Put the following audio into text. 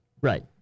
Right